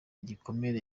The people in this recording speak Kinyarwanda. igikomere